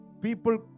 people